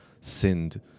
sinned